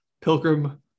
pilgrim